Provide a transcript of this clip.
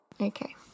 Okay